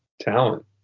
talent